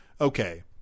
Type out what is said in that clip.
okay